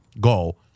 goal